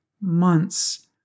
months